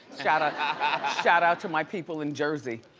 shout out ah shout out to my people in jersey.